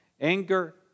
anger